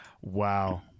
Wow